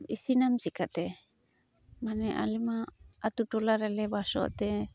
ᱤᱥᱤᱱᱟᱢ ᱪᱮᱠᱟᱛᱮ ᱢᱟᱱᱮ ᱟᱞᱮᱢᱟ ᱟᱛᱳ ᱴᱚᱞᱟᱨᱮ ᱞᱮ ᱵᱟᱥᱚᱜᱛᱮ